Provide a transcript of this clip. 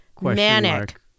Manic